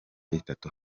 itatu